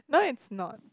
no it's not